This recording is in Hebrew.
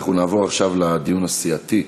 אנחנו נעבור עכשיו לדיון הסיעתי.